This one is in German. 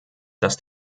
dass